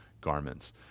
garments